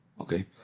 Okay